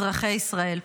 אזרחי ישראל.